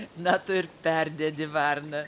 na tu ir perdedi varna